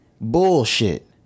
Bullshit